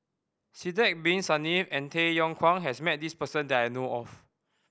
Sidek Bin Saniff and Tay Yong Kwang has met this person that I know of